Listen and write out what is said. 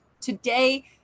Today